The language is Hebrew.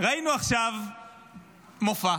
ראינו עכשיו מופע,